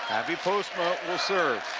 abby postma will serve.